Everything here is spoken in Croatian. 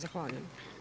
Zahvaljujem.